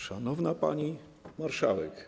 Szanowna Pani Marszałek!